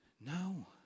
No